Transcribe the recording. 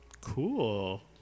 Cool